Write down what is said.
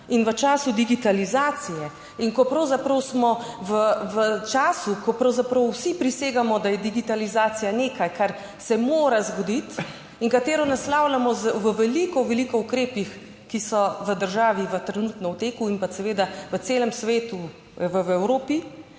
in v času digitalizacije in ko pravzaprav smo v času, ko pravzaprav vsi prisegamo, da je digitalizacija nekaj, kar se mora zgoditi, in katero naslavljamo v veliko, veliko ukrepih, ki so v državi trenutno v teku in pa seveda v celem svetu, v Evropi,